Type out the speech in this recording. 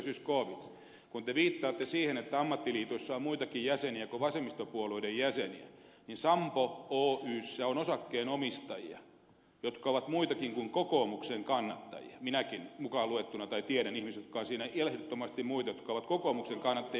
zyskowicz kun te viittaatte siihen että ammattiliitoissa on muitakin jäseniä kuin vasemmistopuolueiden jäseniä niin sampo oyssä on osakkeenomistajia jotka ovat muitakin kuin kokoomuksen kannattajia minäkin mukaan luettuna tai tiedän ihmisiä jotka ovat siinä ehdottomasti muita kuin kokoomuksen kannattajia